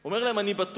הוא אומר להם: אני בטוח,